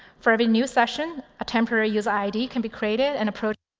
for every new session, a temporary user id can be created and approached